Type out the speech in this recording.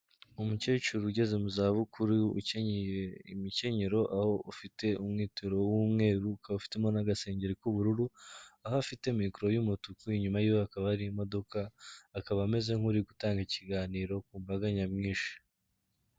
Umukecuru ugeze mu zabukuru ukenyeye imikenyero, aho ufite umwitero w'umweru ukaba afitemo n'agasengeri k'ubururu, aho afite mikoro y'umutuku, inyuma y'iwe hakaba hari imodoka, akaba ameze nk'uri gutanga ikiganiro ku mbaga nyamwinshi.